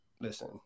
listen